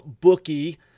bookie